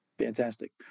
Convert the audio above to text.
Fantastic